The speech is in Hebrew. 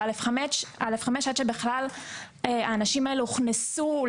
הבנתי מעורך דין פלר שהם צריכים לבקש אשרת חוזר לפני שהם יוצאים.